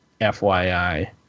FYI